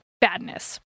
badness